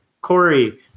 Corey